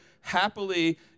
happily